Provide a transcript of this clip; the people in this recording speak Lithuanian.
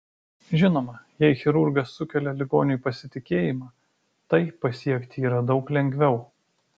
žinoma jei chirurgas sukelia ligoniui pasitikėjimą tai pasiekti yra daug lengviau